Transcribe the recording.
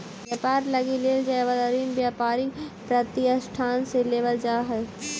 व्यापार लगी लेल जाए वाला ऋण व्यापारिक प्रतिष्ठान से लेवल जा हई